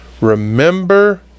Remember